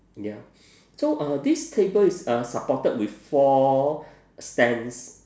ya so uh this table is uh supported with four stands